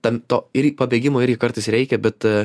tam to ir pabėgimo irgi kartais reikia bet